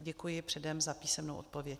Děkuji předem za písemnou odpověď.